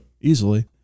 Easily